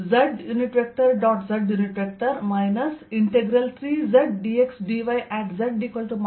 z 3zdxdy|z L2z